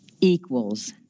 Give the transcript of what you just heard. equals